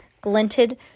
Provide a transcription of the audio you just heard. glinted